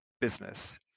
business